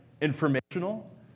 informational